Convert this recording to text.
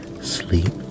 sleep